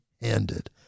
handed